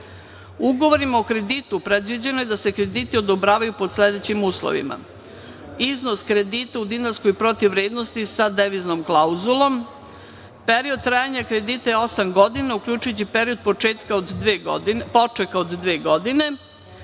o kreditu predviđeno je da se krediti odobravaju pod sledećim uslovima